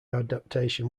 adaptation